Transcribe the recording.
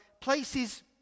places